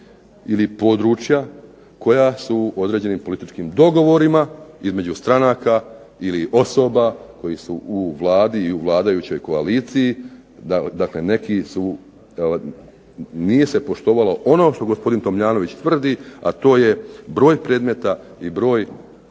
ili područja koja su određenim političkim dogovorima između stranaka ili osoba koje su u Vladi i u vladajućoj koaliciji, dakle neki su, nije se poštovalo ono što gospodin Tomljanović tvrdi, a to je broj predmeta i broj